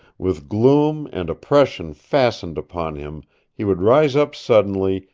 with gloom and oppression fastened upon him he would rise up suddenly,